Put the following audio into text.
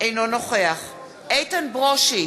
אינו נוכח איתן ברושי,